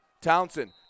Townsend